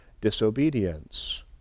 disobedience